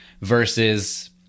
versus